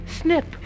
snip